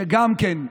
שגם כן,